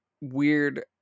weird